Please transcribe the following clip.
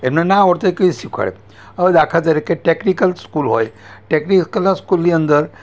એમને ના આવડતું હોય એ કઈ રીતે શીખવાડે હવે દાખલા તરીકે ટેકનિકલ સ્કૂલ હોય ટેક્નિકલના સ્કૂલની અંદર